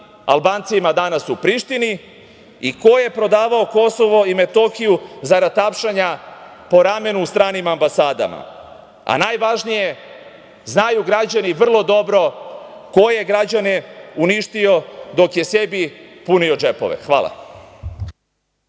Albancima danas u Prištini i ko je prodavao Kosovo i Metohiju zarad tapšanja po ramenu u stranim ambasadama. Najvažnije, znaju građani vrlo dobro ko je građane uništio dok je sebi punio džepove. Hvala.